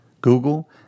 Google